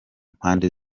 mpande